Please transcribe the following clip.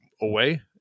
away